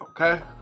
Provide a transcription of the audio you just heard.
Okay